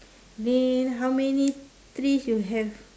then how many trees you have